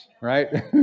right